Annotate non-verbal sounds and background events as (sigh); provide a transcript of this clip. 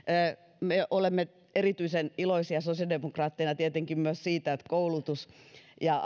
(unintelligible) me olemme erityisen iloisia sosiaalidemokraatteina tietenkin myös siitä että koulutus (unintelligible) (unintelligible) (unintelligible) (unintelligible) (unintelligible) (unintelligible) ja (unintelligible)